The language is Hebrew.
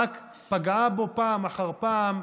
רק פגעה בו פעם אחר פעם,